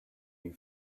you